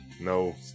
No